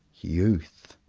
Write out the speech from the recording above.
youth!